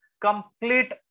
complete